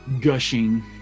gushing